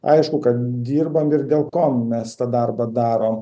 aišku kad dirbam ir dėl ko mes tą darbą darom